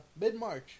Mid-March